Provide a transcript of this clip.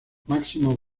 máximo